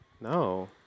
No